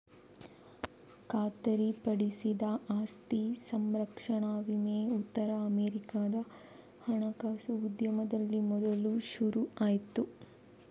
ಖಾತರಿಪಡಿಸಿದ ಆಸ್ತಿ ಸಂರಕ್ಷಣಾ ವಿಮೆ ಉತ್ತರ ಅಮೆರಿಕಾದ ಹಣಕಾಸು ಉದ್ಯಮದಲ್ಲಿ ಮೊದಲು ಶುರು ಆಯ್ತು